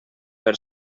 per